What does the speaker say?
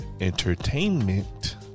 Entertainment